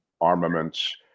armaments